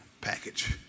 package